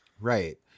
Right